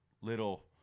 little